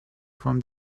from